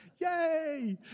Yay